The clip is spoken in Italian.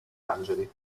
angeli